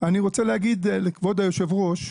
אני רוצה להגיד לכבוד יושב הראש,